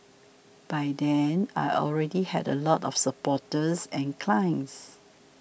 by then I already had a lot of supporters and clients